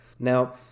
Now